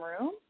room